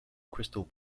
crystal